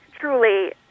truly